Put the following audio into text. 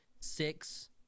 six